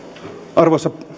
arvoisa